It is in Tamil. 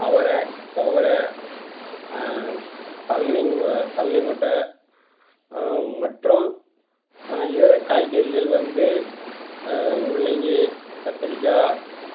அவரை துவர தள்ளிங்க தள்ளிங்கொட்டை மற்றும் இதர காய்கறிகள் வந்து முள்ளங்கி கத்திரிக்காய்